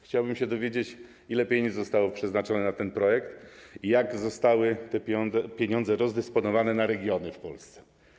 Chciałbym się dowiedzieć, ile pieniędzy zostało przeznaczone na ten projekt i jak zostały te pieniądze rozdysponowane na regiony w Polsce.